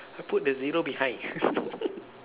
put the zero behind